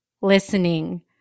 listening